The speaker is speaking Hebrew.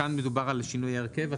כאן מדובר על שינוי ההרכב.